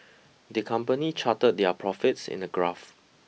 the company charted their profits in a graph